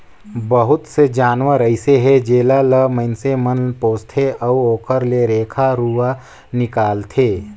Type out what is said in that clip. बहुत से जानवर अइसे हे जेला ल माइनसे मन पोसथे अउ ओखर ले रेखा रुवा निकालथे